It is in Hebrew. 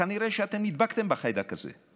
וכנראה שאתם נדבקתם בחיידק הזה,